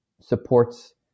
supports